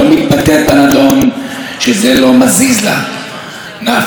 לא רק שהממשלה לא עושה כלום למען ההגנה על נשים,